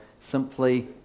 simply